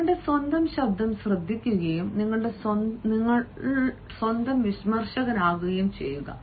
നിങ്ങളുടെ സ്വന്തം ശബ്ദം ശ്രദ്ധിക്കുകയും നിങ്ങളുടെ സ്വന്തം വിമർശകനാകുകയും ചെയ്യുക